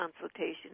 consultation